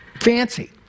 fancy